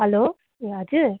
hello ए हजुर